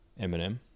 Eminem